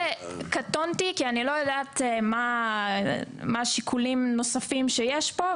קטונתי כי אני לא יודעת מה השיקולים הנוספים שיש כאן.